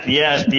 yes